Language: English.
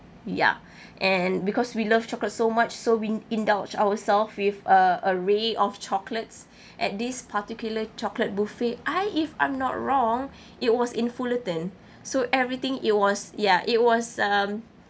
ya and because we love chocolate so much so we indulge ourselves with uh array of chocolates at this particular chocolate buffet I if I'm not wrong it was in fullerton so everything it was ya it was um